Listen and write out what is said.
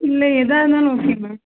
இல்லை எதாக இருந்தாலும் ஓகே மேம்